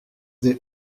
des